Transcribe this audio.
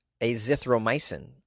azithromycin